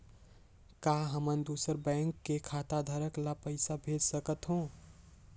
का हमन दूसर बैंक के खाताधरक ल पइसा भेज सकथ हों?